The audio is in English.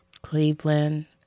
Cleveland